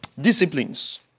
Disciplines